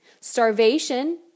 starvation